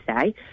say